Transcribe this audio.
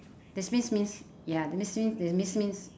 demise means ya demise means demise means